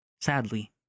sadly